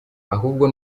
ahubwo